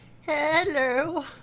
Hello